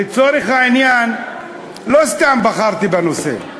לצורך העניין לא סתם בחרתי בנושא.